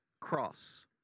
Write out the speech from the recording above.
cross